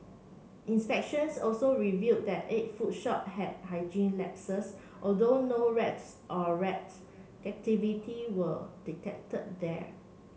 inspections also reveal that eight food shop had hygiene lapses although no rats or rats activity were detected there